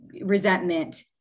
resentment